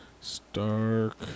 Stark